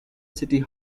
city